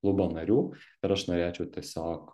klubo narių ir aš norėčiau tiesiog